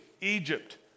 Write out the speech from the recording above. Egypt